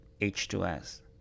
H2S